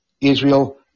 Israel